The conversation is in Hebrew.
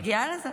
אני מגיעה לזה.